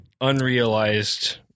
unrealized